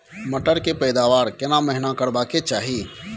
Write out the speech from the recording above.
मटर के पैदावार केना महिना करबा के चाही?